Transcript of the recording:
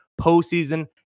postseason